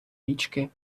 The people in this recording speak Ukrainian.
річки